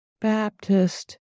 Baptist